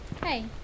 Hey